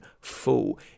full